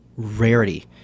rarity